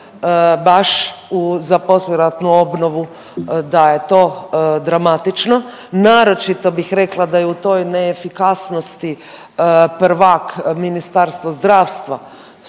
baš u za poslijeratnu obnovu da je to dramatično. Naročito bih rekla da je u toj neefikasnosti prvak Ministarstvo zdravstvo što